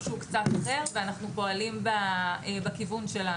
קצת אחר ואנחנו פועלים בכיוון שלנו,